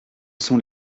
sont